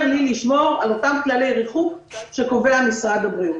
לי לשמור על אותם כללי ריחוק שקובע משרד הבריאות.